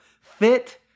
Fit